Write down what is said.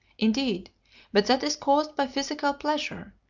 indeed but that is caused by physical pleasure,